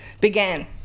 began